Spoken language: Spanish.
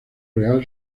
real